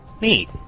Neat